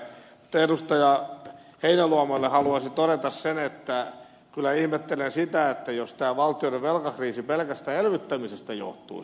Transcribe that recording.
heinäluomalle haluaisin todeta sen että kyllä ihmettelen sitä jos tämä valtioiden velkakriisi pelkästä elvyttämisestä johtuisi